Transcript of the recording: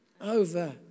over